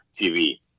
TV